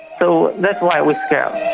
so that's why we're scared.